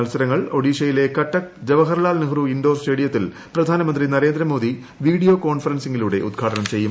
മത്സരങ്ങൾ ഒഡീഷയിലെ കട്ടക്ക് ജവഹർലാൽ നെഹ്റു ഇൻഡോർ സ്റ്റേഡിയത്തിൽ പ്രധാനമന്ത്രി നരേന്ദ്രമോദി വീഡിയോ കോൺഫറൻസിംഗിലൂടെ ഉദ്ഘാടനം ചെയ്യും